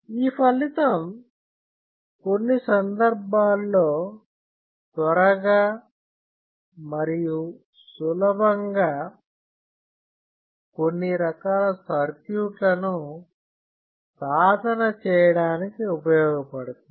ఈ ఫలితం కొన్ని సందర్భాల్లో త్వరగా మరియు సులభంగా కొన్ని రకాల సర్క్యూట్ లను సాధన చేయడానికి ఉపయోగపడుతుంది